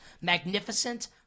Magnificent